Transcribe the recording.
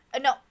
No